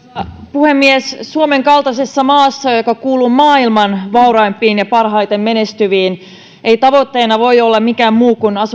puhemies suomen kaltaisessa maassa joka kuuluu maailman vauraimpiin ja parhaiten menestyviin ei tavoitteena voi olla mikään muu kuin